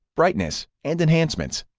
brightness, and enhancements.